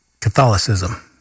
Catholicism